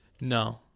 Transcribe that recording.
No